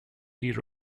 die